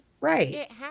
Right